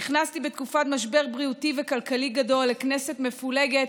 נכנסתי בתקופה משבר בריאותי וכלכלי גדול לכנסת מפולגת,